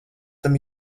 tam